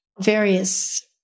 various